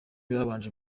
babanje